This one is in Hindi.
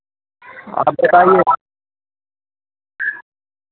आप बताईए